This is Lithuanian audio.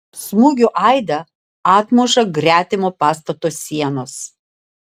smūgių aidą atmuša gretimo pastato sienos